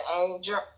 angel